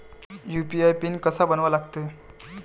UPI PIN कसा बनवा लागते?